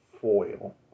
foil